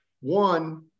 one